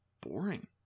boring